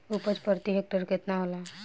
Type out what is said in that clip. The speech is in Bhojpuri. उपज प्रति हेक्टेयर केतना होला?